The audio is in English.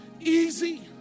easy